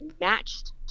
matched